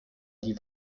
die